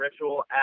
ritual